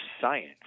science